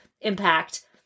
impact